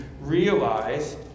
realize